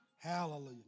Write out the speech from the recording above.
Hallelujah